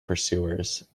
pursuers